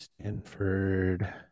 Stanford